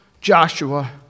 Joshua